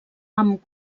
amb